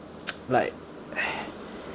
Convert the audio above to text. like